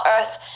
earth